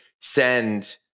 send